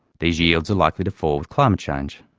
these yields are likely to fall with climate change.